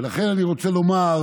ולכן אני רוצה לומר,